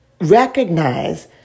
recognize